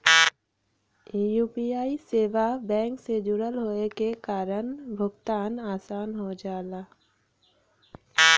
UPI सेवा bank से जुड़ल होये के कारण भुगतान आसान हो जाला